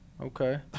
Okay